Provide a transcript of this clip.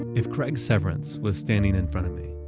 if craig severance was standing in front of me,